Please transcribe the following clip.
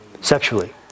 sexually